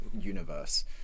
universe